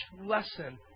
lesson